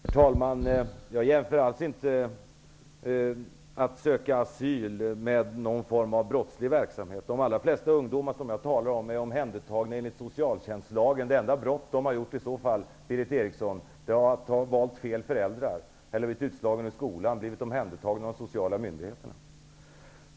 Herr talman! Jag jämställer alls inte att söka asyl med någon form av brottslig verksamhet. De allra flesta ungdomar som jag talar om är omhändertagna enligt socialtjänstlagen. Det enda brott de i så fall har begått, Berith Eriksson, är att ha valt fel föräldrar eller att de blivit utslagna i skolan och omhändertagits av de sociala myndigheterna.